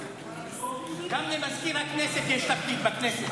גם למזכיר הכנסת יש תפקיד בכנסת.